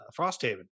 Frosthaven